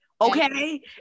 Okay